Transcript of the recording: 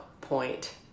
point